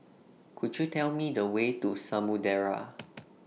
Could YOU Tell Me The Way to Samudera